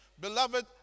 Beloved